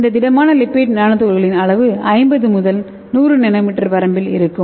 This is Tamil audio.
இந்த திடமான லிப்பிட் நானோ துகள்களின் அளவு 50 முதல் 100 என்எம் வரம்பில் இருக்கும்